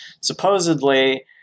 Supposedly